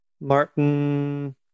Martin